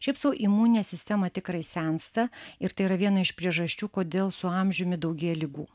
šiaip sau imuninė sistema tikrai sensta ir tai yra viena iš priežasčių kodėl su amžiumi daugėja ligų